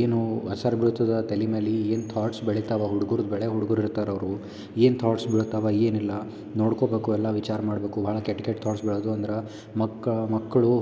ಏನು ಅಸರ್ ಬೀಳ್ತದೆ ತಲೀ ಮ್ಯಾಲೆ ಏನು ಥಾಟ್ಸ್ ಬೆಳಿತವ ಹುಡುಗರದ್ದು ಬೆಳೆ ಹುಡುಗ್ರು ಇರ್ತಾರೆ ಅವರು ಏನು ಥಾಟ್ಸ್ ಬೀಳ್ತವೆ ಏನಿಲ್ಲ ನೋಡ್ಕೋಬೇಕು ಎಲ್ಲ ವಿಚಾರ ಮಾಡಬೇಕು ಭಾಳ ಕೆಟ್ಟ ಕೆಟ್ಟ ಥಾಟ್ಸ್ ಬೆಳೆದು ಅಂದ್ರೆ ಮಕ್ಕ ಮಕ್ಕಳು